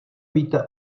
víte